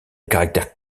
caractère